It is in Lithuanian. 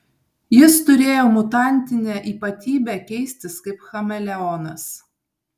jis turėjo mutantinę ypatybę keistis kaip chameleonas